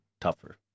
tougher